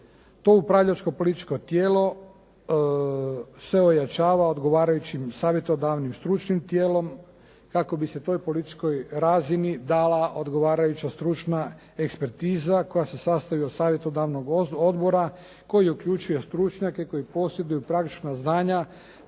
To upravljačko političko tijelo se ojačava odgovarajućim savjetodavnim stručnim tijelom kako bi se toj političkoj razini dala odgovarajuća stručna ekspertiza koja se sastoji od savjetodavnog odbora koji je uključio stručnjake koji posjeduju praktična znanja